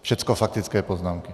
Všecko faktické poznámky.